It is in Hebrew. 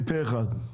פה אחד.